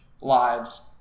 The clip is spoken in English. lives